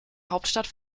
hauptstadt